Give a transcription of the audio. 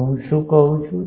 તો હું શું કહું છું